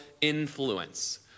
influence